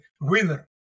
winner